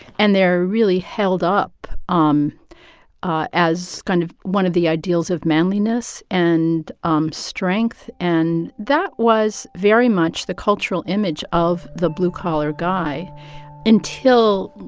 and they're really held up um ah as kind of one of the ideals of manliness and um strength. and that was very much the cultural image of the blue-collar guy until,